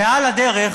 ועל הדרך